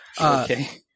Okay